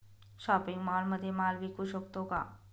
Shopping मॉलमध्ये माल विकू शकतो का?